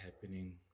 happening